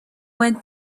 went